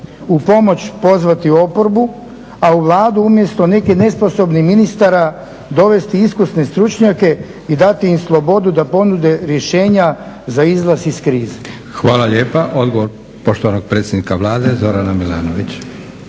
u pomoć pozvati oporbu, a u Vladu umjesto nekih nesposobnih ministara dovesti iskusne stručnjake i dati im slobodu da ponude rješenja za izlaz iz krize? **Leko, Josip (SDP)** Hvala lijepa. Odgovor poštovanog predsjednika Vlade Zorana Milanovića.